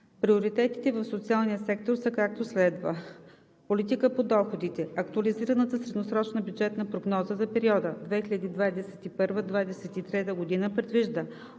Приоритетите само в социалния сектор са както следва: Политика по доходите. Актуализираната средносрочна бюджетна прогноза за периода 2021 – 2023 г. предвижда